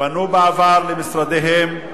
פנו בעבר למשרדיהם,